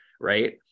right